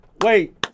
Wait